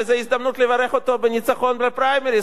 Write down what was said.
וזו הזדמנות לברך אותו על הניצחון בפריימריס.